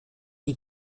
die